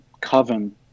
Coven